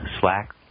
slack